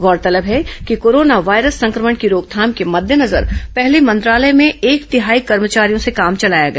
गौरतलब है कि कोरोना वायरस संक्रमण की रोकथाम के मद्देनजर पहले मंत्रालय में एक तिहाई कर्मचारियों से काम चलाया गया